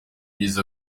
ibyiza